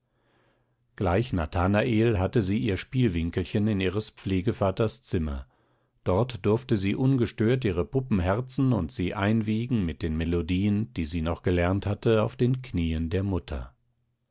gleich nathanael hatte sie ihr spielwinkelchen in ihres pflegevaters zimmer dort durfte sie ungestört ihre puppen herzen und sie einwiegen mit den melodien die sie noch gelernt hatte auf den knieen der mutter